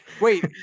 Wait